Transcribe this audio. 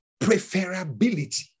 preferability